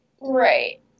Right